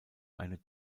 eine